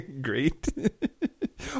Great